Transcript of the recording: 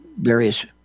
various